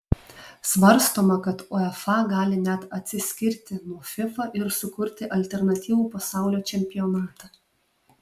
svarstoma kad uefa gali net atsiskirti nuo fifa ir sukurti alternatyvų pasaulio čempionatą